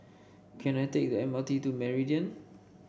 can I take the M R T to Meridian